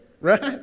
right